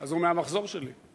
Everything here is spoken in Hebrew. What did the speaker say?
אז הוא מהמחזור שלי.